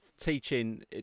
teaching